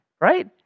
right